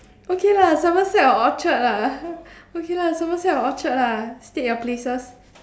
okay lah Somerset or Orchard lah okay lah Somerset or Orchard lah state your places